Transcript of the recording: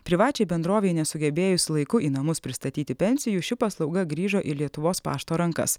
privačiai bendrovei nesugebėjus laiku į namus pristatyti pensijų ši paslauga grįžo į lietuvos pašto rankas